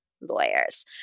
lawyers